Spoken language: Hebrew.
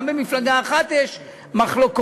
גם במפלגה אחת יש מחלוקות.